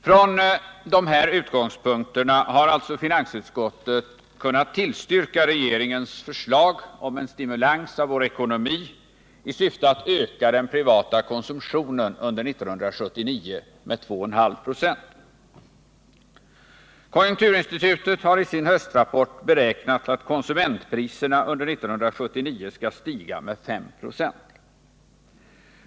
Från dessa utgångspunkter har vi alltså i finansutskottet kunnat tillstyrka regeringens förslag om en stimulans av vår ekonomi med syfte att öka den privata konsumtionen under 1979 med 2,5 96. Konjunkturinstitutet har i sin höstrapport beräknat att konsumentpriserna under 1979 skall stiga med 5 96.